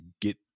get